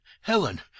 Helen